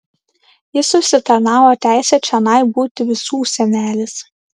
jis užsitarnavo teisę čionai būti visų senelis